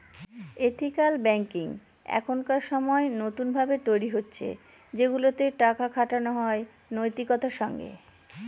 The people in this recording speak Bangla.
এথিকাল ব্যাঙ্কিং এখনকার সময় নতুন ভাবে তৈরী হচ্ছে সেগুলাতে টাকা খাটানো হয় নৈতিকতার সঙ্গে